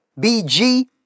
BG